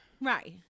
Right